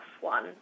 one